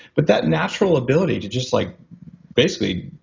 but that natural ability to just like basically,